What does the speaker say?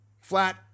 flat